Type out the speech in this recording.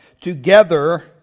together